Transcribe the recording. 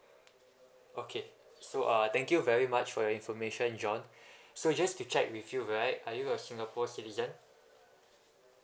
okay so uh thank you very much for your information john so just to check with you right are you a singapore citizen